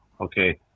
okay